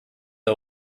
der